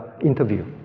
interview